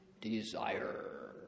desire